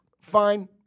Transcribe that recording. Fine